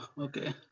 Okay